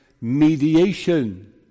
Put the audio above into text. mediation